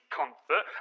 comfort